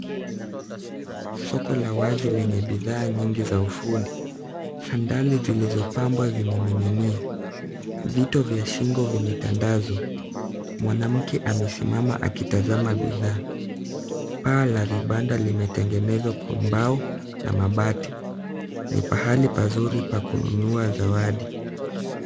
Soko la wazi lenye bidhaa nyingi za ufundi. Sandali zilizopambwa zimening'inia. Vito vya shingo vimetandazwa. Mwanamke amesimama akitazama bidhaa. Paa la vibanda limetengenezwa kwa mbao na mabati. Ni pahali pazuri pa kununua zawadi.